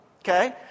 Okay